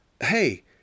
Hey